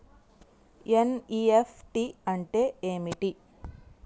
NEFT అంటే ఏంటిది?